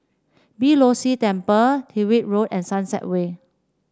Beeh Low See Temple Tyrwhitt Road and Sunset Way